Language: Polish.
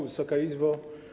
Wysoka Izbo!